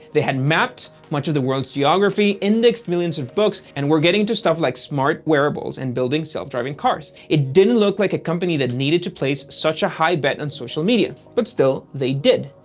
they had mapped much of the world's geography, indexed millions of books, and were getting into stuff like smart wearables and building self-driving cars. it didn't look like a company that needed to place such a high bet on social media, but still, they did.